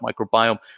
microbiome